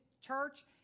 church